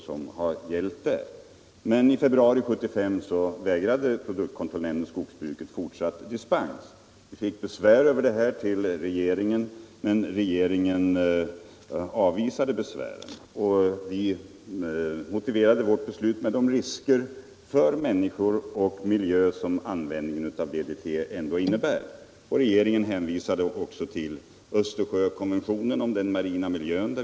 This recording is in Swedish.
Men i februari 1975 vägrade produktkontrollnämnden skogsbruket fortsatt dispens. Regeringen mottog besvär över detta beslut, men regeringen avvisade besvären. Vi motiverade vårt beslut med de risker för människor och miljö som användningen av DDT innebär. Regeringen hänvisade också till Östersjökonventionen om den marina miljön.